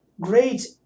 Great